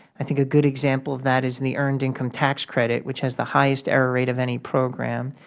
i think a good example of that is in the earned income tax credit, which has the highest error rate of any program.